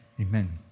Amen